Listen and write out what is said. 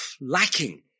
lacking